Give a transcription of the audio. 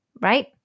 right